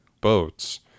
boats